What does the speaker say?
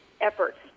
efforts